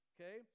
Okay